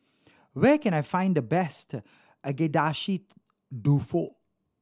where can I find the best Agedashi Dofu